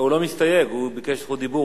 לא, הוא לא מסתייג, הוא ביקש זכות דיבור.